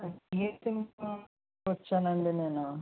Jio SIM కోసం వచ్చాను అండి నేను